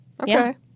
Okay